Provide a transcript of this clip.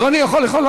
אני יכול?